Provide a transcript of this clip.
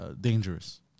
dangerous